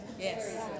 Yes